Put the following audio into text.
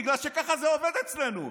בגלל שככה זה עובד אצלנו.